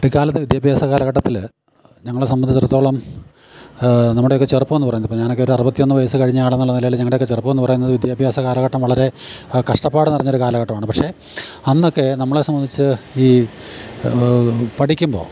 കുട്ടിക്കാലത്ത് വിദ്യാഭ്യാസ കാലഘട്ടത്തിൽ ഞങ്ങളെ സംബന്ധിച്ചടത്തോളം നമ്മുടെ ഒക്കെ ചെറുപ്പം എന്ന് പറയുന്നത് ഇപ്പം ഞാനൊക്കൊ ഒരു അറുപത്തിയൊന്ന് വയസ്സ് കഴിഞ്ഞയാൾ എന്നുള്ള നിലയിൽ ഞങ്ങളുടെയൊക്കെ ചെറുപ്പം എന്ന് പറയുന്നത് വിദ്യാഭ്യാസ കാലഘട്ടം വളരെ കഷ്ടപ്പാട് നിറഞ്ഞൊരു കാലഘട്ടമാണ് പക്ഷെ അന്നൊക്കെ നമ്മളെ സംബന്ധിച്ച് ഈ പഠിക്കുമ്പോൾ